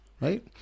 right